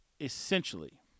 essentially